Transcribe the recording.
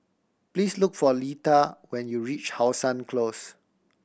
please look for Leta when you reach How Sun Close